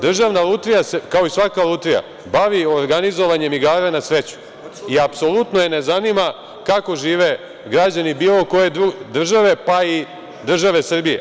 Državna lutrija se, kao i svaka lutrija, bavi organizovanjem igara na sreću i apsolutno je ne zanima kako žive građani bilo koje države, pa i države Srbije.